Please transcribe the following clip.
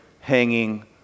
hanging